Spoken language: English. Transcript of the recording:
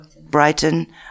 Brighton